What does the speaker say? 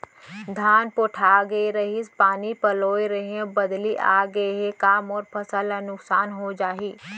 धान पोठागे रहीस, पानी पलोय रहेंव, बदली आप गे हे, का मोर फसल ल नुकसान हो जाही?